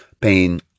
pain